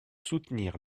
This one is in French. soutenir